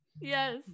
Yes